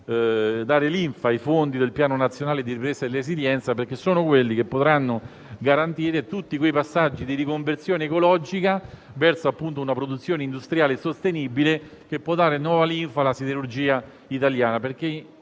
e linfa ai fondi del Piano nazionale di ripresa e resilienza, perché sono quelli che potranno garantire i necessari passaggi di riconversione ecologica verso una produzione industriale sostenibile, che può dare nuova linfa alla siderurgia italiana.